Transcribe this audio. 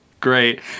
great